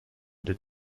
the